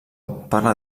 parla